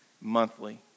monthly